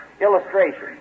illustration